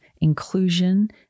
inclusion